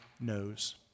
knows